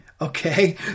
Okay